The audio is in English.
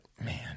man